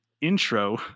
intro